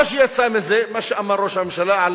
מה שיצא מזה, מה שאמר ראש הממשלה על